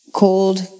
cold